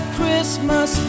Christmas